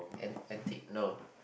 an~ antique no